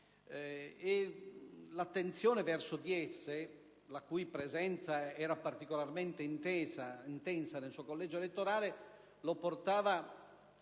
l'attenzione verso di esse (la cui presenza era particolarmente intensa nel suo collegio elettorale) lo portava